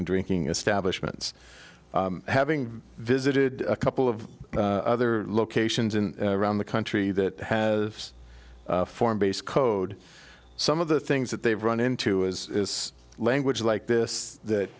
and drinking establishments having visited a couple of other locations in around the country that has a form base code some of the things that they run into is language like this that